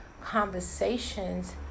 conversations